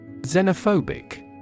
Xenophobic